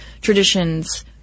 traditions